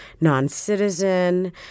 non-citizen